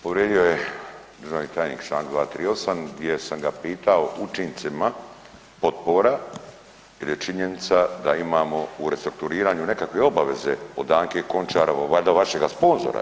Povrijedio je državni tajnik članak 238. gdje sam ga pitao učincima potpora, jer je činjenica da imamo u restrukturiranju nekakve obaveze o Danke Končara, valjda vašega sponzora.